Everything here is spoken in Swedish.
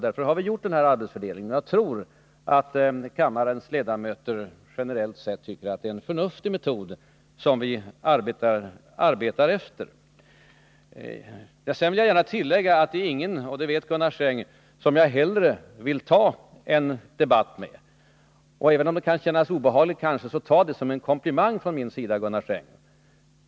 Därför har vi gjort den här arbetsfördelningen, och jag tror att kammarens ledamöter generellt sett tycker att det är en förnuftig metod som vi arbetar efter. Jag vill gärna tillägga att det inte finns någon — och det vet Gunnar Sträng — som jag hellre vill ta upp en debatt med än Gunnar Sträng, så ta det som en komplimang från min sida, även om det kan kännas obehagligt!